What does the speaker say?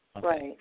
Right